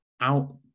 out